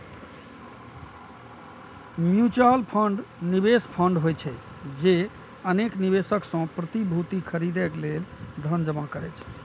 mutual fund निवेश fund होइ छै, जे अनेक निवेशक सं प्रतिभूति खरीदै लेल धन जमा करै छै